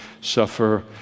suffer